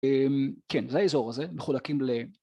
כן, זה האזור הזה, מחולקים ל...